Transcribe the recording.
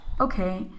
okay